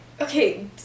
Okay